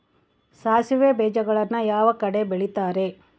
ಸಾಸಿವೆ ಬೇಜಗಳನ್ನ ಯಾವ ಕಡೆ ಬೆಳಿತಾರೆ?